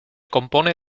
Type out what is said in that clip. compone